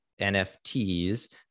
NFTs